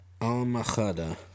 Almachada